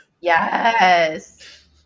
Yes